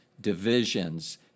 divisions